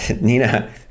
nina